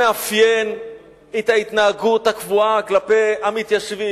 מאפיינת את ההתנהגות הקבועה כלפי המתיישבים.